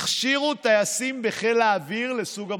הכשירו טייסים בחיל האוויר לסוג המטוס,